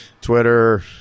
Twitter